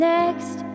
next